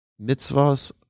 Mitzvahs